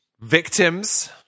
victims